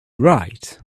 right